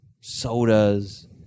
sodas